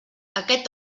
aquest